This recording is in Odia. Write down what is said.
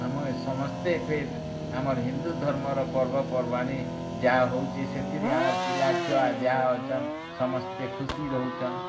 ଆମେ ସମସ୍ତେ ଫିର୍ ଆମର୍ ହିନ୍ଦୁ ଧର୍ମର ପର୍ବପର୍ବାଣୀ ଯାହା ହେଉଛି ସେଥିରେ ଆମର୍ ପିଲା ଛୁଆ ଯାହା ଅଛନ୍ ସମସ୍ତେ ଖୁସି ରହୁଛନ୍